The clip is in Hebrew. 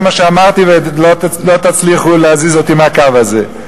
זה מה שאמרתי, ולא תצליחו להזיז אותי מהקו הזה.